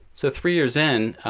so three years in,